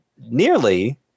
nearly